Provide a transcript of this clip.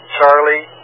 Charlie